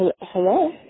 Hello